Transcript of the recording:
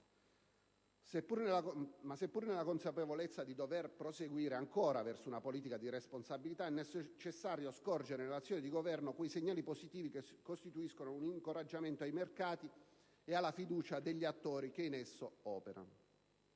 Ma, seppur nella consapevolezza di dover proseguire ancora verso una politica di responsabilità, è necessario scorgere nell'azione di Governo quei segnali positivi che costituiscono un incoraggiamento ai mercati e alla fiducia degli attori che in esso operano.